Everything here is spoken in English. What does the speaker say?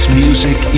music